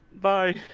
Bye